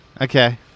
Okay